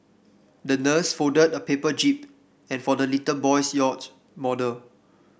the nurse folded a paper jib and for the little boy's yacht model